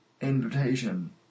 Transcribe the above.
invitation